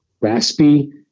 raspy